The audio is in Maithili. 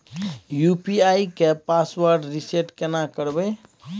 यु.पी.आई के पासवर्ड रिसेट केना करबे?